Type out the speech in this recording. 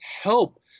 help